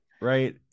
Right